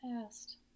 past